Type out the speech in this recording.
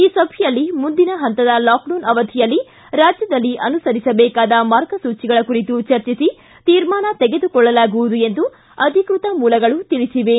ಈ ಸಭೆಯಲ್ಲಿ ಮುಂದಿನ ಪಂತದ ಲಾಕ್ಡೌನ್ ಅವಧಿಯಲ್ಲಿ ರಾಜ್ಯದಲ್ಲಿ ಅನುಸರಿಸಬೇಕಾದ ಮಾರ್ಗಸೂಚಿಗಳ ಕುರಿತು ಚರ್ಚಿಸಿ ತೀರ್ಮಾನ ಕೈಗೊಳ್ಳಲಾಗುವುದು ಎಂದು ಅಧಿಕೃತ ಮೂಲಗಳು ತಿಳಿಸಿವೆ